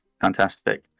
Fantastic